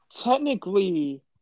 technically